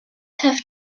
have